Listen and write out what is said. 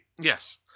Yes